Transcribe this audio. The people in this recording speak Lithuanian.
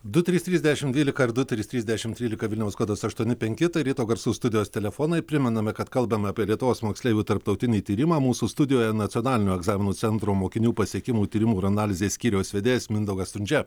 du trys trys dešimt dvylika ir ir du trys trys dešimt trylika vilniaus kodas aštuoni penki ryto garsų studijos telefonai primename kad kalbame apie lietuvos moksleivių tarptautinį tyrimą mūsų studijoje nacionalinio egzaminų centro mokinių pasiekimų tyrimų ir analizės skyriaus vedėjas mindaugas stundžia